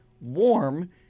warm